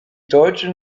deutschen